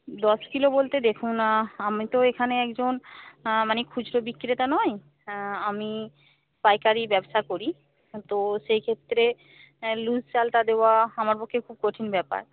দশ কিলো বলতে দেখুন আমি তো এখানে একজন মানে খুচরো বিক্রেতা নই আমি পাইকারি ব্যবসা করি তো সেই ক্ষেত্রে লুজ চালটা দেওয়া আমার পক্ষে খুব কঠিন ব্যাপার